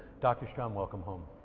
doctor strum welcome home.